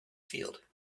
field